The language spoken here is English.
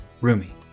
Rumi